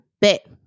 bet